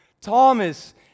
Thomas